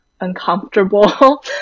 uncomfortable